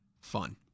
fun